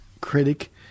critic